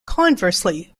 conversely